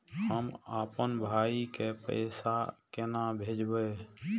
हम आपन भाई के पैसा केना भेजबे?